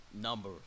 number